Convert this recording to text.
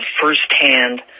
firsthand